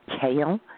kale